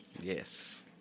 Yes